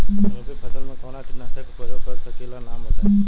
रबी फसल में कवनो कीटनाशक के परयोग कर सकी ला नाम बताईं?